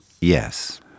Yes